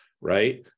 right